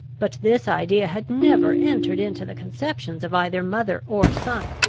but this idea had never entered into the conceptions of either mother or son.